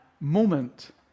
moment